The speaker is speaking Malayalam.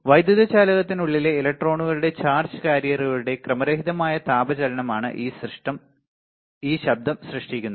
വൈദ്യുതചാലകത്തിനുള്ളിലെ ഇലക്ട്രോണുകളുടെ ചാർജ് കാരിയറുകളുടെ ക്രമരഹിതമായ താപ ചലനമാണ് ഈ ശബ്ദം സൃഷ്ടിക്കുന്നത്